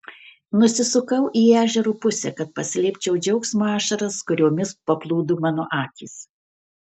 nusisukau į ežero pusę kad paslėpčiau džiaugsmo ašaras kuriomis paplūdo mano akys